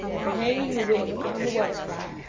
and hanging the wig upon the weathercock,